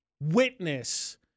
witness